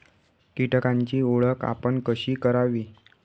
कीटकांची ओळख आपण कशी करावी?